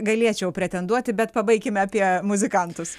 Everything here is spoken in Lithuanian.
galėčiau pretenduoti bet pabaikime apie muzikantus